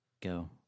go